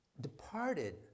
departed